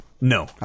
no